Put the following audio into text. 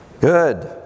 Good